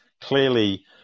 clearly